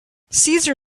caesar